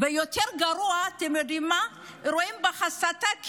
אתם יודעים מה יותר גרוע?